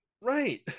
Right